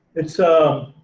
and so,